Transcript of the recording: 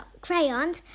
crayons